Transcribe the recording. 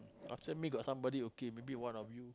after me got somebody who came maybe one of you